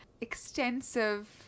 extensive